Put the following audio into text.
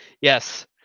Yes